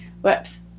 Whoops